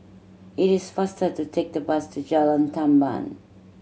it is faster to take the bus to Jalan Tamban